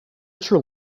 richer